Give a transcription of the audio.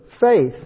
faith